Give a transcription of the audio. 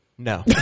No